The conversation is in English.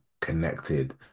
connected